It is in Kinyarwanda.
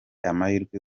amahirwe